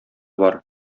бар